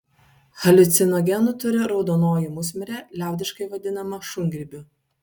haliucinogenų turi raudonoji musmirė liaudiškai vadinama šungrybiu